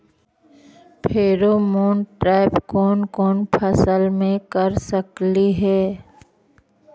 Pheromone trap कोन कोन फसल मे कर सकली हे?